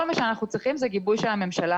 כל מה שאנחנו צריכים זה גיבוי של הממשלה.